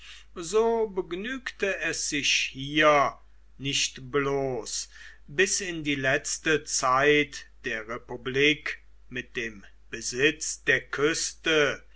so begnügte es sich hier nicht bloß bis in die letzte zeit der republik mit dem besitz der küste